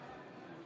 אינו נוכח